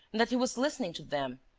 and that he was listening to them,